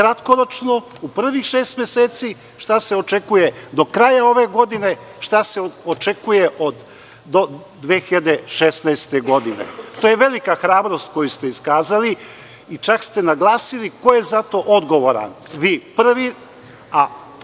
kratkoročno, u prvih šest meseci, šta se očekuje do kraja ove godine i šta se očekuje do 2016. godine. To je velika hrabrost koju ste iskazali. Čak ste naglasili i ko je za to odgovoran. Vi prvi, a dalje